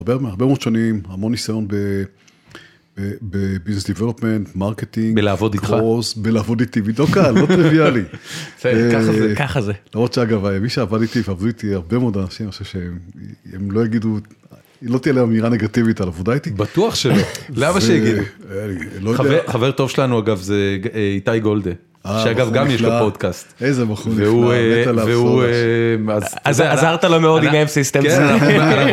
הרבה מאוד שנים, המון ניסיון ב... בביזנס דיבלופמנט, מרקטינג, קרוס. -בלעבוד איתך. -בלעבוד איתי, בדיוק, לא קל, לא טריוויאלי. -ככה זה, ככה זה. -למרות שאגב, מי שעבד איתי, ועבדו איתי הרבה מאוד אנשים, אני חושב שהם, הם לא יגידו, לא תהיה להם אמירה נגטיבית על עבודה איתי. -בטוח שלא, למה שיגידו? -לא יודע. -חבר טוב שלנו אגב זה איתי גולדה. -אה, בחור נפלא. -שאגב, גם יש לו פודקאסט. -איזה בחור נפלא. מת עליו. מסור לו ד"ש. -והוא... עזרת לו מאוד עם M Systems